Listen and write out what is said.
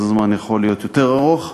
אז הזמן יכול להיות יותר ארוך.